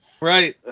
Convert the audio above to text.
Right